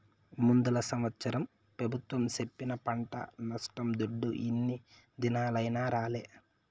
ముందల సంవత్సరం పెబుత్వం సెప్పిన పంట నష్టం దుడ్డు ఇన్ని దినాలైనా రాలే